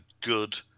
good